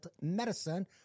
medicine